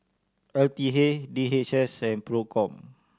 L T A D H S and Procom